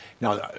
now